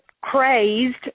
crazed